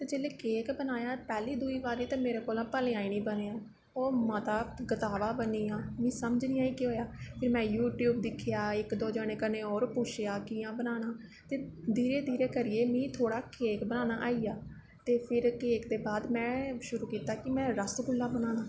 ते जेल्लै केक बनाया पैह्ली दूई बारी ते मेरे कोला भलेआं ई निं बनेआ ओह् मता गतावा बनी गेआ मिगी समझ निं आई केह् होएआ फिर में यूटयूब दिक्खेआ इक दो जने कन्नै होर पुच्छेआ कि कि'यां बनाना ते धीरे धीरे करियै मिगी थोह्ड़ा केक बनाना आई गेआ ते फिर केक दे बार में शुरू कीता रसगुल्ला बनाना